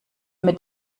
mit